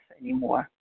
anymore